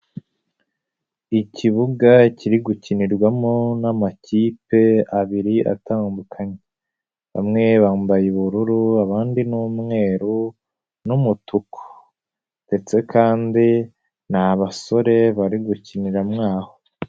Ikibuga kiri gukinirwamo n'amakipe abiri atandukanye, bamwe bambaye ubururu, abandi n'umweru n'umutuku ndetse kandi ni abasore bari gukinira mo aho.